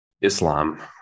Islam